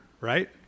right